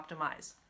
optimize